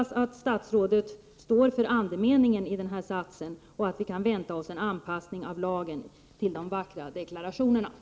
Skall SJ:s driftvärn kopplat till underhållsverksamheten slopas eller möjligen överföras till transnationella ABB?